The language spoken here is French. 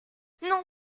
non